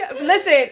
Listen